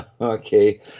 Okay